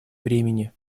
времени